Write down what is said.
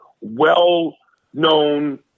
well-known